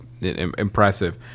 impressive